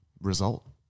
result